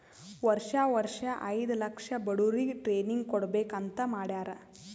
ವರ್ಷಾ ವರ್ಷಾ ಐಯ್ದ ಲಕ್ಷ ಬಡುರಿಗ್ ಟ್ರೈನಿಂಗ್ ಕೊಡ್ಬೇಕ್ ಅಂತ್ ಮಾಡ್ಯಾರ್